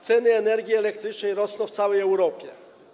Ceny energii elektrycznej rosną w całej Europie.